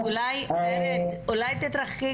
אני חושבת